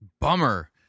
Bummer